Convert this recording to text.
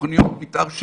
תוכניות מתאר.